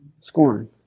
scorn